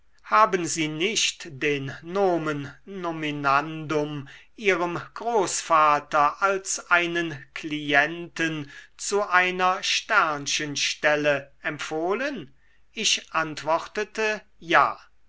haben sie nicht den n n ihrem großvater als einen klienten zu einer stelle empfohlen ich antwortete ja